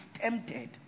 tempted